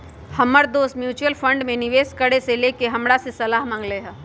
हमर दोस mutual fund में निवेश करे से लेके हमरा से सलाह मांगलय ह